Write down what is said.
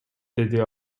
деди